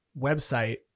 website